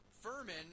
Furman